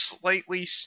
slightly